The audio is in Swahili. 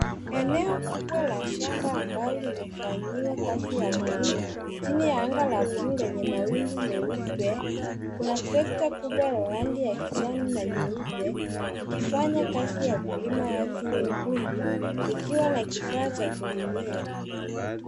Eneo kubwa la shamba ambalo limefanyiwa kazi ya kulima chini ya anga la bluu lenye mawingu meupe. Kuna trekta kubwa la rangi ya kijani na nyeupe ikifanya kazi ya kulima ardhi nyekundu likiwa na kifaa cha kulimi.